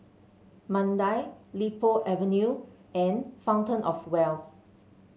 Mandai Li Po Avenue and Fountain Of Wealth